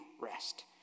rest